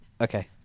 Okay